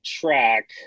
track